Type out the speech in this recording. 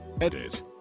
Edit